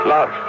Love